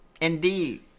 Indeed